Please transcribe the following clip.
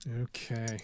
Okay